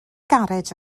garej